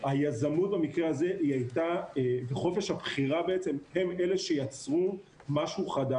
שהזום מאפשר לנו ממש לשבור את קירות הכיתה